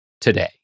today